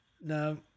no